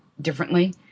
differently